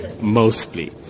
mostly